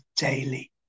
daily